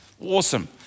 awesome